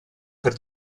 per